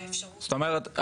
זאת אומרת,